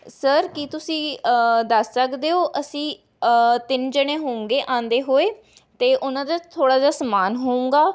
sir ਕੀ ਤੁਸੀਂ ਦੱਸ ਸਕਦੇ ਹੋ ਅਸੀਂ ਤਿੰਨ ਜਣੇ ਹੋਉਂਗੇ ਆਉਂਦੇ ਹੋਏ ਅਤੇ ਉਹਨਾਂ ਦਾ ਥੋੜ੍ਹਾ ਜਿਹਾ ਸਮਾਨ ਹੋਉਂਗਾ